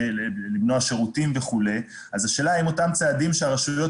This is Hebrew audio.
למנוע שירותים וכו' השאלה אם אותם צעדים שהרשויות